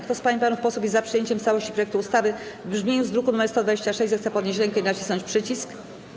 Kto z pań i panów posłów jest za przyjęciem w całości projektu ustawy w brzmieniu z druku nr 126, zechce podnieść rękę i nacisnąć przycisk.